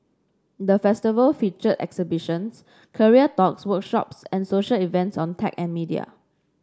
the Festival featured exhibitions career talks workshops and social events on tech and media